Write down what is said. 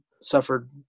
suffered